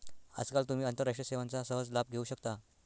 आजकाल तुम्ही आंतरराष्ट्रीय सेवांचा सहज लाभ घेऊ शकता